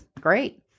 great